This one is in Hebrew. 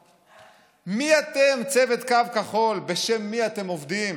מי אתם, צוות קו כחול, שעושים יותר נזק